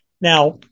Now